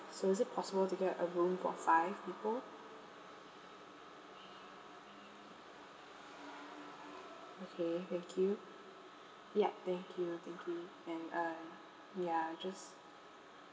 so is it possible to get a room for five people okay thank you yup thank you thank you and uh ya I just